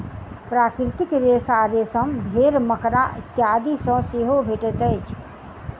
प्राकृतिक रेशा रेशम, भेंड़, मकड़ा इत्यादि सॅ सेहो भेटैत अछि